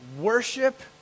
Worship